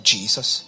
Jesus